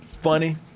funny